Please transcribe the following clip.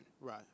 Right